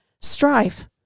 strife